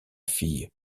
fille